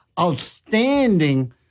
outstanding